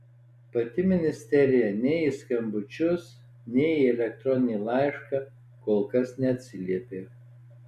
pati ministerija nei į skambučius nei į elektroninį laišką kol kas neatsiliepė